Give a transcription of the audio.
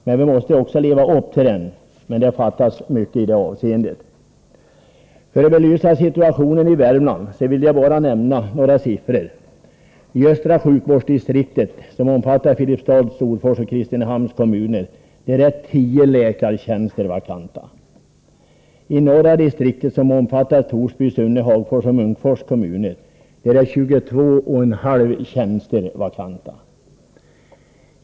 Men vi måste också leva upp till den, och det fattas mycket i det avseendet. För att belysa situationen i Värmland vill jag nämna några siffror. I östra sjukvårdsdistriktet, som omfattar Filipstads, Storfors och Kristinehamns kommuner, är 10 läkartjänster vakanta. I norra distriktet, som omfattar Torsbys, Sunnes, Hagfors och Munkfors kommuner, är 22,5 tjänster vakanta.